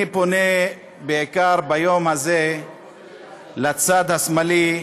אני פונה ביום הזה בעיקר לצד השמאלי,